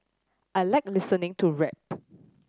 I like listening to rap